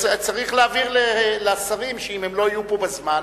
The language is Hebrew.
צריך להבהיר לשרים שאם הם לא יהיו פה בזמן,